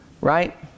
right